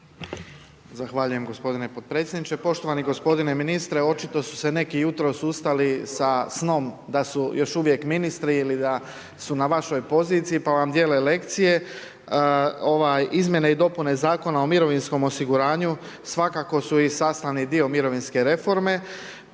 Zahvaljujem gospodine potpredsjedniče. Poštovani gospodine ministre očito su se neki jutros ustali sa snom da su još uvijek ministri ili da su na vašoj poziciji pa vam dijele lekcije. Izmjene i dopune Zakona o mirovinskom osiguranju svakako su i sastavni dio mirovinske reforme